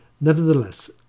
Nevertheless